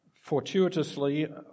fortuitously